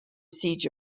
siege